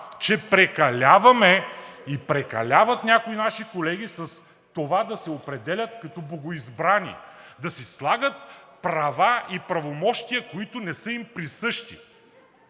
че прекаляваме и прекаляват някои наши колеги с това да се определят като богоизбрани, да си слагат права и правомощия, които не са им присъщи.